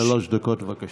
שלוש דקות, בבקשה.